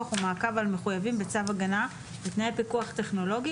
ומעקב על מחויבים בצו הגנה בתנאי פיקוח טכנולוגי,